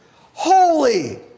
Holy